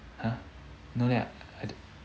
!huh! no leh I